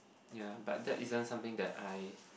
ya but that isn't something that I